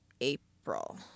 April